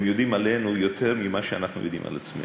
הם יודעים עלינו יותר ממה שאנחנו יודעים על עצמנו.